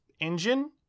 engine